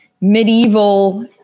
medieval